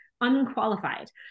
unqualified